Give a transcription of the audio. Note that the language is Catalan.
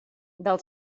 del